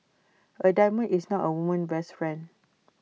A diamond is not A woman's best friend